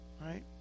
Right